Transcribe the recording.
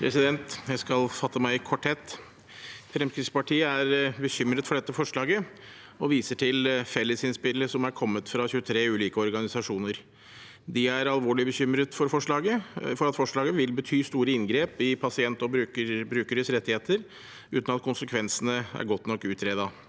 Jeg skal fatte meg i korthet. Fremskrittspartiet er bekymret for dette forslaget og viser til fellesinnspillet som er kommet fra 23 ulike organisasjoner. De er alvorlig bekymret for at forslaget vil bety store inngrep i pasienters og brukeres rettigheter, uten at konsekvensene er godt nok utredet.